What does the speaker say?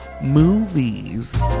movies